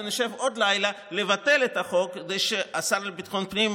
ונשב עוד לילה לבטל את החוק כדי שהשר לביטחון פנים,